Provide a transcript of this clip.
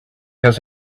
has